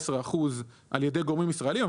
את המילה הזאת 19% על ידי גורמים ישראלים.